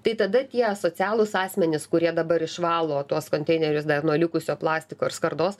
tai tada tie asocialūs asmenys kurie dabar išvalo tuos konteinerius dar nuo likusio plastiko ir skardos